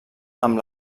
amb